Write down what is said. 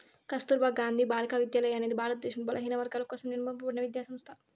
కస్తుర్బా గాంధీ బాలికా విద్యాలయ అనేది భారతదేశంలో బలహీనవర్గాల కోసం నిర్మింపబడిన విద్యా సంస్థ